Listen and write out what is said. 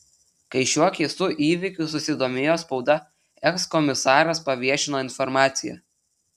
kai šiuo keistu įvykiu susidomėjo spauda ekskomisaras paviešino informaciją